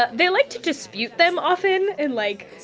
ah they like to dispute them often and like,